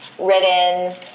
written